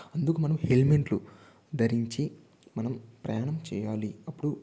అందుకు మనము హెల్మెట్లు ధరించి మనం ప్రయాణం చేయాలి అప్పుడు